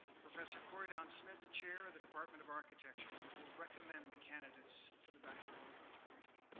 professor korydon smith, chair of the department of architecture, will recommend the candidates for the baccalaureate degree.